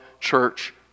church